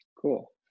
Cool